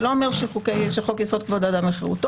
זה לא אומר שחוק-יסוד: כבוד האדם וחירותו,